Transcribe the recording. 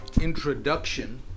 introduction